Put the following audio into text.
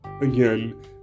again